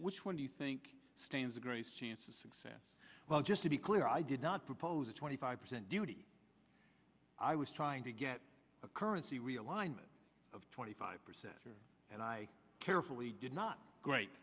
which one do you think stands a great chance of success well just to be clear i did not propose a twenty five percent duty i was trying to get a currency realignment of twenty five percent here and i carefully did not great